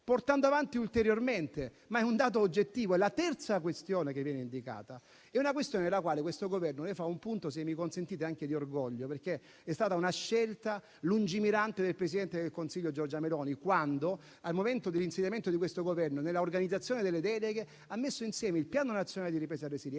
portando avanti ulteriormente: è un dato oggettivo. La terza questione che viene indicata è una questione della quale questo Governo fa un punto - se mi consentite - anche di orgoglio, perché è stata una scelta lungimirante del presidente del Consiglio Giorgia Meloni, quando al momento dell'insediamento di questo Governo, nell'organizzazione delle deleghe, ha messo insieme il Piano nazionale di ripresa e resilienza